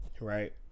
right